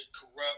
Corrupt